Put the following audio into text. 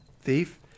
thief